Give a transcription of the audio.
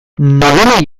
nolanahi